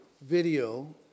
video